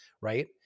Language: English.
right